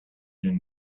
been